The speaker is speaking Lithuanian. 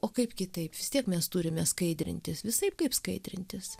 o kaip kitaip vis tiek mes turime skaidrinti visaip kaip skaidrintis